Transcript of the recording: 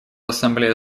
ассамблея